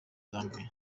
janvier